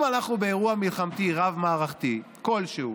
אם אנחנו באירוע מלחמתי רב-מערכתי כלשהו,